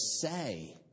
say